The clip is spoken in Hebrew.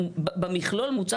במכלול,